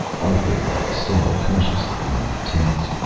arthur led estelle cautiously among the tents.